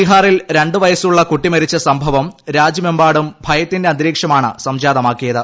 ബീഹാറിൽ രണ്ട് വയസ്സുള്ള കുട്ടി മരിച്ച സംഭവം രാജ്യമെമ്പാടും ഭയത്തിന്റെ അന്തരീക്ഷമാണ് സംജാതമാക്കിയത്